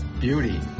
beauty